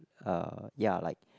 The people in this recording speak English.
uh ya like